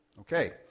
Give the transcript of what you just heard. Okay